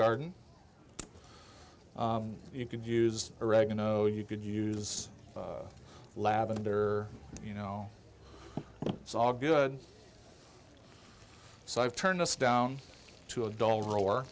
garden you could use oregano you could use lavender you know it's all good so i've turned us down to a dull roar